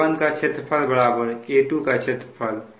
A1 का क्षेत्रफल A2 का क्षेत्रफल